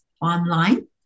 online